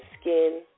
skin